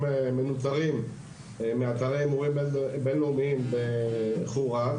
מנוטרים מאתרי הימורים בין-לאומיים באיחור רב,